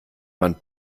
man